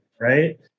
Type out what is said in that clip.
right